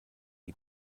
die